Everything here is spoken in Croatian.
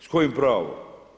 S kojim pravom?